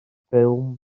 ffilm